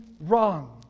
wrong